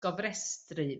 gofrestru